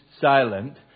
silent